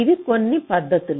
ఇవి కొన్ని పద్ధతులు